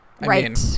Right